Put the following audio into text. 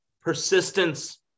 persistence